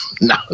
No